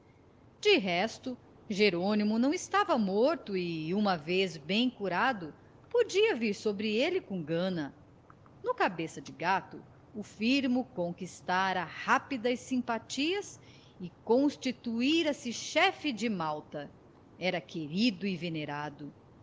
de resto jerônimo não estava morto e uma vez bem curado podia vir sobre ele com gana no cabeça de gato o firmo conquistara rápidas simpatias e constituíra se chefe de malta era querido e venerado